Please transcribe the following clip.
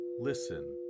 listen